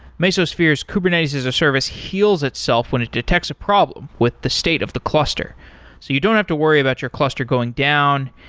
mesosphere's kubernetes-as-a-service heals itself when it detects a problem with the state of the cluster. so you don't have to worry about your cluster going down,